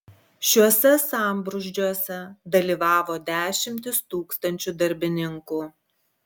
šiuose sambrūzdžiuose dalyvavo dešimtys tūkstančių darbininkų